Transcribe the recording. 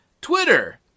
Twitter